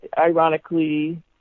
ironically